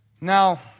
Now